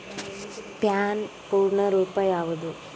PAN ಪೂರ್ಣ ರೂಪ ಯಾವುದು?